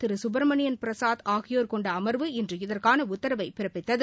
திரு சுப்ரமணியன் பிரசாத் ஆகியோர் கொண்ட அமர்வு இன்று இதற்கான உத்தரவை பிறப்பித்தது